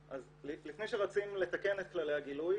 לפני שרצים לתקן את כללי הגילוי,